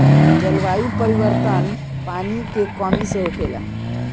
जलवायु परिवर्तन, पानी के कमी से होखेला